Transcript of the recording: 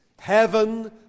heaven